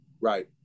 Right